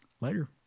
Later